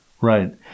Right